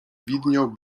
widniał